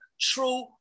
true